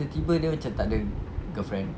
tertiba dia macam tak ada girlfriend